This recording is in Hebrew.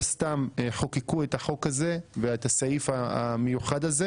לא סתם חוקקו את החוק הזה ואת הסעיף המיוחד הזה.